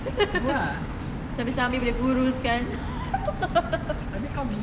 sambil-sambil boleh kurus kan